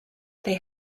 they